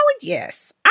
Yes